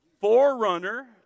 forerunner